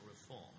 reform